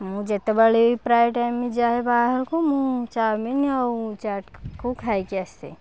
ମୁଁ ଯେତେବେଳେ ପ୍ରାୟେ ଟାଇମି ଯାଏ ବାହାରକୁ ମୁଁ ଚାଉମିନି ଆଉ ଚାଟ କୁ ଖାଇକି ଆସେ